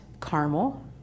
caramel